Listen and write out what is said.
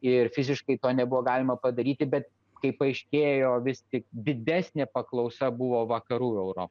ir fiziškai to nebuvo galima padaryti bet kaip paaiškėjo vis tik didesnė paklausa buvo vakarų europa